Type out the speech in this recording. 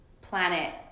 planet